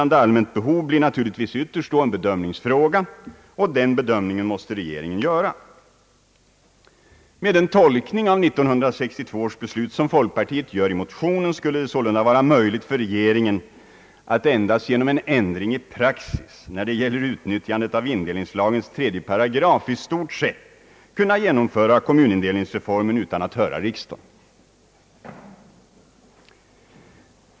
ändring i kommunindelningen hov» blir naturligtvis då ytterst en bedömningsfråga, och den bedömningen måste regeringen göra. Med den tolkning av 1962 års beslut som folkpartiet gör i motionen skulle det sålunda vara möjligt för regeringen att endast genom en ändring i praxis när det gäller tillämpningen av indelningslagens 3 8 kunna genomföra kommunindelningsreformen utan att höra riksdagen.